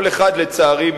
לצערי,